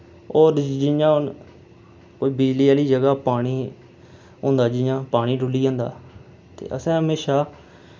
और जि'यां हून कोई बिजली आह्ली जगह् पानी होंदा जि'यां पानी डुह्ल्ली जंदा ते असें म्हेशां